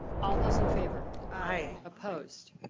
all those in favor? aye. opposed?